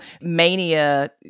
mania